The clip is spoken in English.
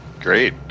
Great